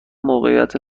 موقعیت